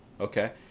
Okay